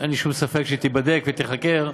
שאין לי שום ספק שתיבדק ותיחקר,